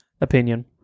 opinion